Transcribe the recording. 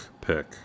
pick